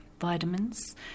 vitamins